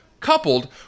coupled